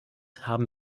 haben